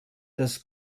das